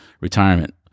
retirement